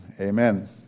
Amen